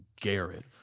Garrett